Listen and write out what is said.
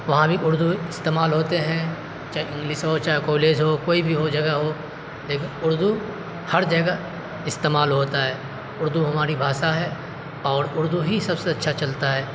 وہاں بھی اردو استعمال ہوتے ہیں چاہے انگلش ہو چاہے کالج ہو کوئی بھی ہو جگہ ہو لیکن اردو ہر جگہ استعمال ہوتا ہے اردو ہماری بھاشا ہے اور اردو ہی سب سے اچھا چلتا ہے